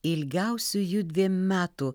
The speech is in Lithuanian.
ilgiausių judviem metų